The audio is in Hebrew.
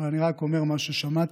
אבל אני רק אומר מה ששמעתי.